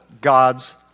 God's